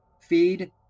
feed